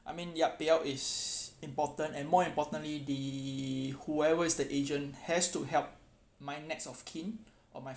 I mean yup payout is important and more importantly the whoever is the agent has to help my next of kin or my